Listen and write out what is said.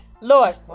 Lord